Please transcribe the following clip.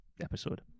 episode